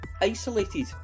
isolated